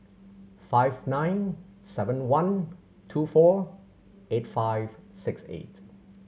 five nine seven one two four eight five six eight